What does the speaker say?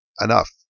enough